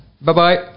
Bye-bye